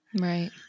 Right